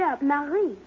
Marie